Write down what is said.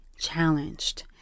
challenged